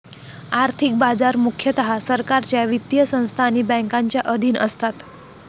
आर्थिक बाजार मुख्यतः सरकारच्या वित्तीय संस्था आणि बँकांच्या अधीन असतात